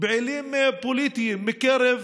פעילים פוליטיים מקרב